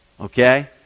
Okay